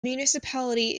municipality